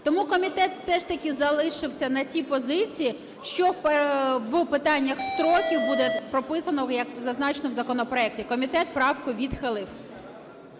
Тому комітет все ж таки залишився на тій позиції, що в питаннях строків буде прописано як зазначено в законопроекті. Комітет правку відхилив.